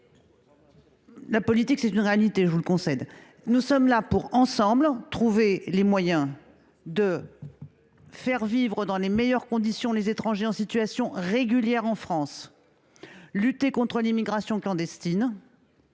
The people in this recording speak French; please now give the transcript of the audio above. compte de la réalité ! Je vous le concède. Nous sommes là pour trouver, ensemble, les moyens de faire vivre dans les meilleures conditions les étrangers en situation régulière en France, pour lutter contre l’immigration clandestine